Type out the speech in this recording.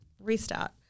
Restart